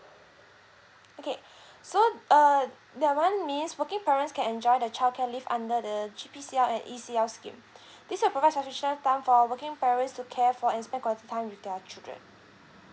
okay so uh that one means working parents can enjoy the childcare leave under the G_P_C_L and E_C_L scheme this will provide sufficient time for working parents to care for and spend quality time with their children